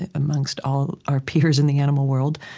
ah amongst all our peers in the animal world,